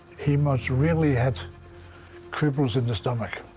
he must really had cripples in the stomach.